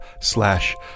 slash